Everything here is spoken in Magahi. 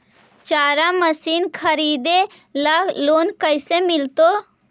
चारा मशिन खरीदे ल लोन कैसे मिलतै?